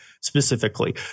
specifically